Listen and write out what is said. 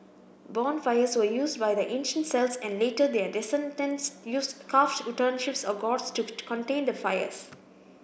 bonfires were used by the ancient Celts and later their descendents used carved or gourds to to contain the fires